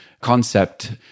concept